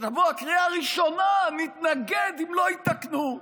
כשנבוא לקריאה הראשונה נתנגד אם לא יתקנו,